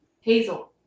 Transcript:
Hazel